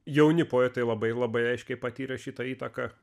jauni poetai labai labai aiškiai patyrė šitą įtaką